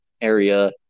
area